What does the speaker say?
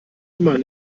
immer